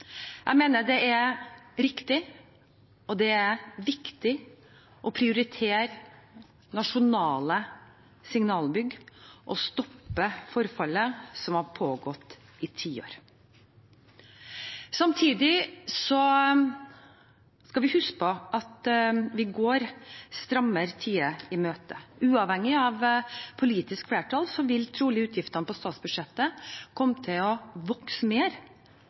Jeg mener det er riktig og viktig å prioritere nasjonale signalbygg og stoppe forfallet som har pågått i tiår. Samtidig skal vi huske på at vi går strammere tider i møte. Uavhengig av politisk flertall vil trolig utgiftene på statsbudsjettet i tiden fremover komme til å vokse mer